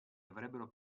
avrebbero